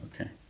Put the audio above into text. Okay